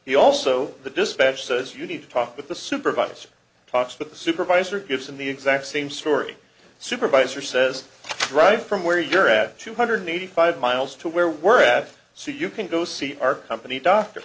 he also the dispatcher says you need to talk with the supervisor talks with the supervisor gives him the exact same story supervisor says drive from where you're at two hundred eighty five miles to where we're at so you can go see our company doctor